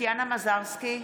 טטיאנה מזרסקי,